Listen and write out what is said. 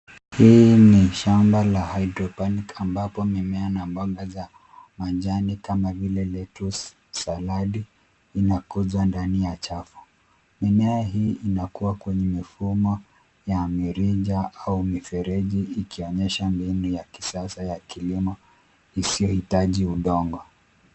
Hii ni shamba la hydroponic ambapo mimea na mboga za majani kama vile lettuce salad inakuzwa ndani ya chafu. Mimea hii inakuwa kwenye mifumo ya mirija au mifereji ikionyesha mbinu ya kisasa ya kilimo isiyo hitaji udongo.